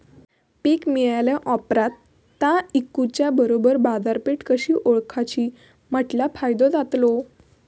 पीक मिळाल्या ऑप्रात ता इकुच्या बरोबर बाजारपेठ कशी ओळखाची म्हटल्या फायदो जातलो?